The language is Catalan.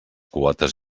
quotes